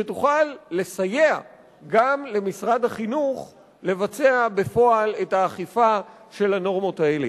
שתוכל לסייע גם למשרד החינוך לבצע בפועל את האכיפה של הנורמות האלה.